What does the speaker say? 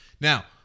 Now